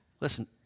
Listen